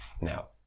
now